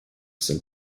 sind